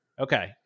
Okay